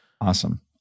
Awesome